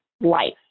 life